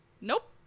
Nope